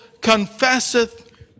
confesseth